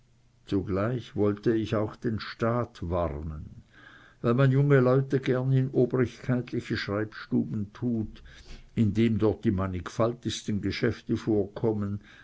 zugleich wollte ich auch den staat warnen weil man junge leute gerne in obrigkeitliche schreibstuben tut indem dort die mannigfaltigsten geschäfte vorkommen